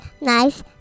nice